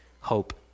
hope